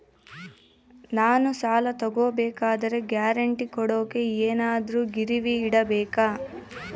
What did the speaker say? ನಾನು ಸಾಲ ತಗೋಬೇಕಾದರೆ ಗ್ಯಾರಂಟಿ ಕೊಡೋಕೆ ಏನಾದ್ರೂ ಗಿರಿವಿ ಇಡಬೇಕಾ?